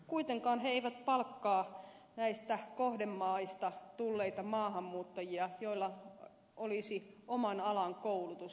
kuitenkaan he eivät palkkaa näistä kohdemaista tulleita maahanmuuttajia joilla olisi alan koulutus